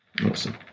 Awesome